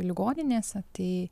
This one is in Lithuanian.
ligoninėse tai